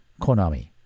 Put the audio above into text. Konami